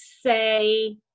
say